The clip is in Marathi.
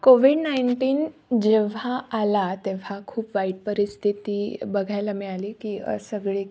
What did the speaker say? कोविड नाईंटीन जेव्हा आला तेव्हा खूप वाईट परिस्थिती बघायला मिळाली की सगळी